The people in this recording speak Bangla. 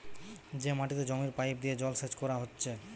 যে মাটিতে জমির পাইপ দিয়ে জলসেচ কোরা হচ্ছে